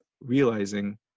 realizing